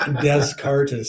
Descartes